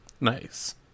nice